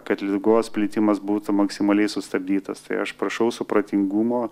kad ligos plitimas būtų maksimaliai sustabdytas tai aš prašau supratingumo